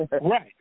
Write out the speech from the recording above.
Right